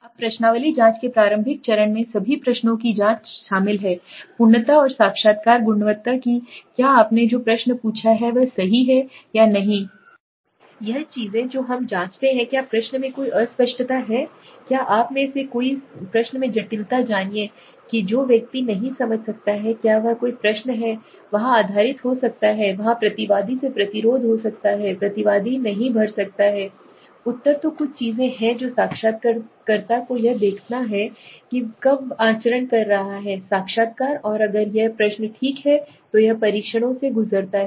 अब प्रश्नावली जाँच के प्रारंभिक चरण में सभी प्रश्नों की जाँच शामिल है पूर्णता और साक्षात्कार गुणवत्ता कि क्या आपने जो प्रश्न पूछा है वह सही है या नहीं यह नहीं कि यह चीजें जो हम जांचते हैं क्या प्रश्न में कोई अस्पष्टता है क्या आप में से कोई इस प्रश्न में जटिलता जानिए कि जो व्यक्ति नहीं समझ सकता है क्या वह कोई प्रश्न है वहाँ आधारित हो सकता है वहाँ प्रतिवादी से प्रतिरोध हो सकता है प्रतिवादी नहीं भर सकता है उत्तर तो कुछ चीजें हैं जो साक्षात्कारकर्ता को यह देखना है कि वह कब आचरण कर रहा है साक्षात्कार और अगर यह प्रश्न ठीक हैं तो यह परीक्षणों से गुजरता है